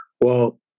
Well-